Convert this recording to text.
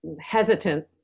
hesitant